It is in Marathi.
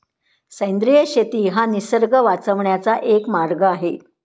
सेंद्रिय शेती हा निसर्ग वाचवण्याचा एक मार्ग आहे